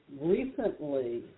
recently